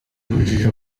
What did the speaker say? bibukije